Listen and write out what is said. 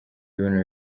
ibibuno